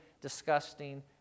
disgusting